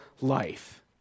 life